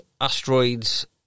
asteroids